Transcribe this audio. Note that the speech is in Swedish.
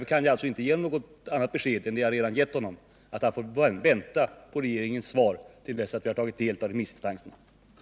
Jag kan därför inte ge Bo Forslund något annat besked än det jag redan lämnat, nämligen att han får vänta på regeringens svar till dess att vi tagit del av remissinstansernas synpunkter.